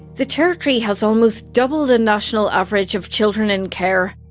the territory has almost double the national average of children in care.